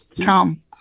Tom